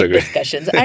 discussions